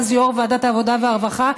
אז יו"ר ועדת העבודה והרווחה,